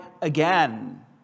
again